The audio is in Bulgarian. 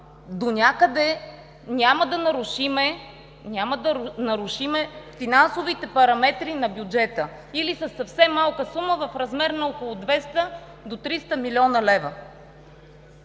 донякъде няма да нарушим финансовите параметри на бюджета, или със съвсем малка сума в размер на около 200, до 300 млн. лв.